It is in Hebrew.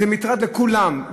זה מטרד לכולם,